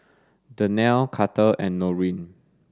Dannielle Carter and Norene